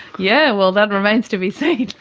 yeah, well, that remains to be seen!